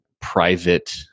private